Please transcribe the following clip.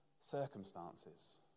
circumstances